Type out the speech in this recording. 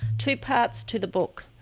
two parts to the book.